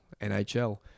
NHL